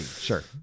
Sure